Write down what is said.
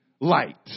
light